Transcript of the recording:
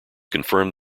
confirmed